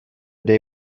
day